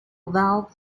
valve